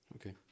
Okay